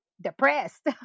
depressed